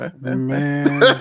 Man